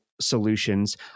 solutions